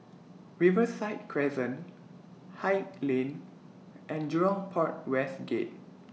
Riverside Crescent Haig Lane and Jurong Port West Gate